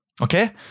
Okay